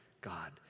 God